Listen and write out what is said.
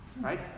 Right